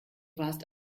warst